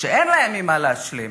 שאין להם ממה להשלים